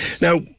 Now